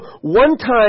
one-time